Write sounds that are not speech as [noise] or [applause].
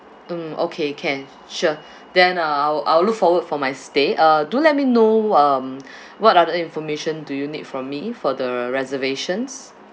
mm okay can sure [breath] then uh I'll I'll look forward for my stay uh do let me know um [breath] what are the information do you need from me for the reservations